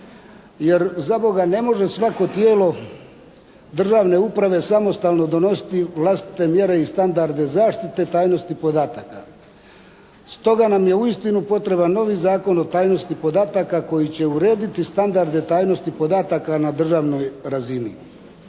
jer za Boga ne može svako tijelo državne uprave samostalno donositi vlastite mjere i standarde zaštite tajnosti podataka. Stoga nam je uistinu potreban novi Zakon o tajnosti podataka koji će urediti standarde tajnosti podataka na državnoj razini.